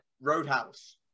Roadhouse